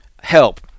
help